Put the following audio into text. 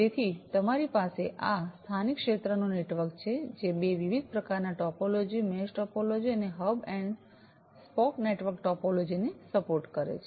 તેથી તમારી પાસે આ સ્થાનિક ક્ષેત્રનું નેટવર્ક છે જે બે વિવિધ પ્રકારનાં ટોપોલોજીઓ મેશ ટોપોલોજી અને hub and spoke network topology ને સપોર્ટ કરે છે